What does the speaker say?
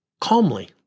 calmly